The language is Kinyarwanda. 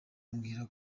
ambwira